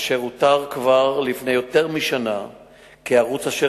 אותר כבר לפני יותר משנה כערוץ אשר